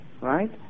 right